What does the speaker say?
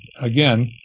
again